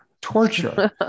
torture